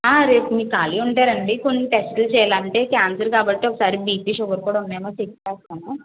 రేపు మీ ఖాళీ ఉంటే రండి కొన్ని టెస్టులు చేయాలి అంటే క్యాన్సర్ కాబట్టి ఒకసారి బీపీ షుగర్ కూడా ఉంది ఏమో చెక్ చేస్తాను